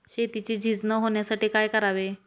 शेतीची झीज न होण्यासाठी काय करावे?